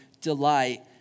delight